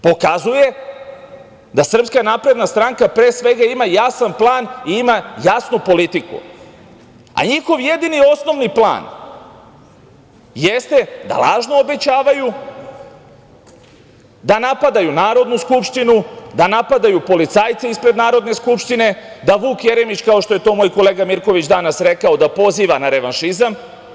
Pokazuje da SNS, pre svega, ima jasan plan i ima jasnu politiku, a njihov jedini osnovni plan jeste da lažno obećavaju, da napadaju Narodnu skupštinu, da napadaju policajce ispred Narodne skupštine, da Vuk Jeremić, kao što je to moj kolega Mirković danas rekao, da poziva na revanšizam.